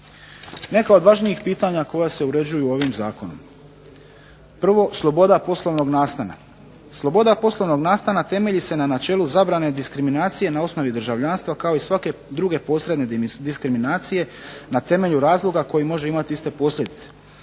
Neka od važnijih pitanja koja se uređuju ovim Zakonom. Prvo sloboda poslovnog nastana. Sloboda poslovnog nastana temelji se na načelu zabrane diskriminacije na osnovi državljanstva kao i svake druge posredne diskriminacije na temelju razloga koji može imati iste posljedice.